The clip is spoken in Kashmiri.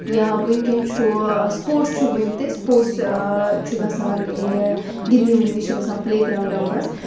یا وٕنۍکٮ۪ن چھُ سٕپوٹٕس چھُ وٕنہِ تہِ سٕپوٹس چھُ گژھان گِنٛدنہِ وِنٛدنہِ چھِ گژھان پٕلے گراونٛڈَن منٛز